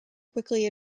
quickly